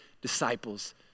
disciples